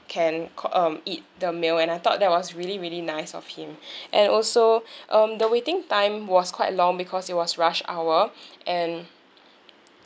can c~ uh eat the meal and I thought that was really really nice of him and also um the waiting time was quite long because it was rush hour and